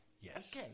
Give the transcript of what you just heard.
Yes